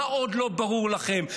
מה עוד לא ברור לכם?